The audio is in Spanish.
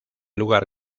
lugar